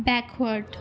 backward